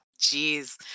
Jeez